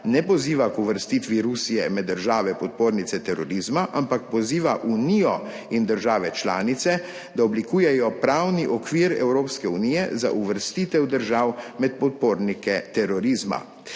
ne poziva k uvrstitvi Rusije med države podpornice terorizma, ampak poziva Unijo in države članice, da oblikujejo pravni okvir Evropske unije za uvrstitev držav med podpornike terorizma,